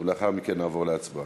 לאחר מכן נעבור להצבעה.